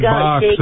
box